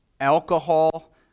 alcohol